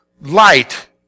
Light